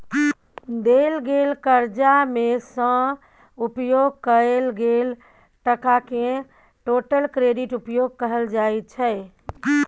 देल गेल करजा मे सँ उपयोग कएल गेल टकाकेँ टोटल क्रेडिट उपयोग कहल जाइ छै